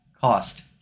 cost